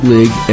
League